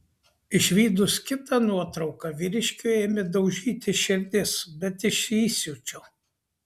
išvydus kitą nuotrauką vyriškiui ėmė daužytis širdis bet iš įsiūčio